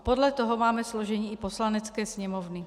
Podle toho máme složení i Poslanecké sněmovny.